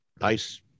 nice